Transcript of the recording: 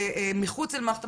מחוץ למערכת הבריאות.